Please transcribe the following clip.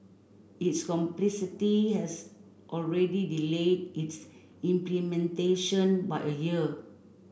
its complexity has already delayed its implementation by a year